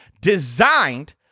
designed